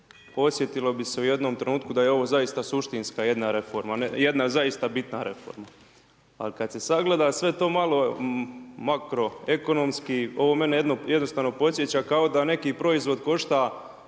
sjetilo bi se u jednom trenutku, da je ovo zaista suštinska jedna reforma, jedna zaista bitna reforma. A kad se sagleda sve to malo makro ekonomski, ovo mene jednostavno podsjeća, kao da neki proizvod košta